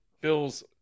Bills